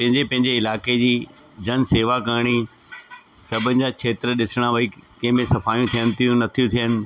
पंहिंजे पंहिंजे इलाइक़े जी जन शेवा करिणी सभिनि जा खेत्र ॾिसिणा भई कंहिंमें सफ़ायूं थियनि थियूं नथियूं थियनि